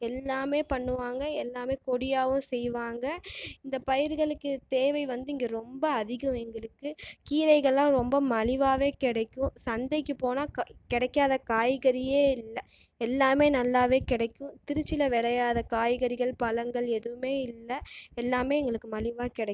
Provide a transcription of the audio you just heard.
எல்லாமே பண்ணுவாங்கள் எல்லாமே கொடியாகவும் செய்வாங்கள் இந்த பயிர்களுக்கு தேவை வந்து இங்கு ரொம்ப அதிகம் எங்களுக்கு கீரைகள்லாம் ரொம்ப மலிவாகவே கிடைக்கும் சந்தைக்கு போனால் கிடைக்காத காய்கறியே இல்லை எல்லாமே நல்லாவே கிடைக்கும் திருச்சியில் விளையாத காய்கறிகள் பழங்கள் எதுவுமே இல்லை எல்லாமே எங்களுக்கு மலிவாக கிடைக்கும்